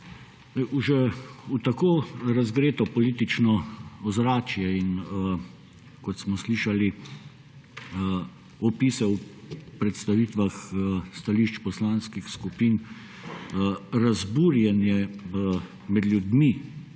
že tako razgreto politično ozračje, kot smo slišali iz opisov v predstavitvah stališč poslanskih skupin, razburjenje med ljudmi,